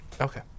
Okay